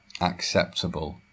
acceptable